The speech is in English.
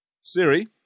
Siri